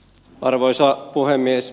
arvoisa puhemies